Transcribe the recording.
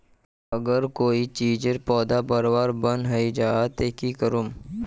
अगर कोई चीजेर पौधा बढ़वार बन है जहा ते की करूम?